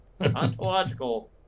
Ontological